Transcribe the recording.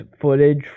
footage